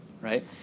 right